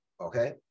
okay